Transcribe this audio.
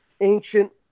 ancient